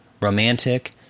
romantic